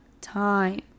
time